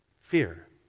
fear